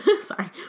Sorry